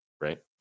right